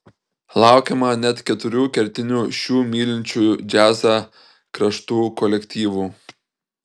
laukiama net keturių kertinių šių mylinčių džiazą kraštų kolektyvų